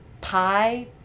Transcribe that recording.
pie